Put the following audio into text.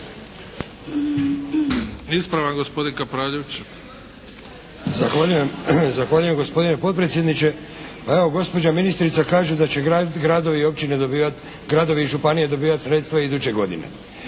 Ispravak gospodin Kapravljević.